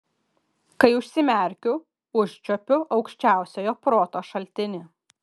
kai užsimerkiu užčiuopiu aukščiausiojo proto šaltinį